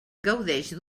gaudeix